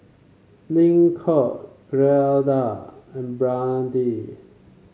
Lincoln Gilda and Brandee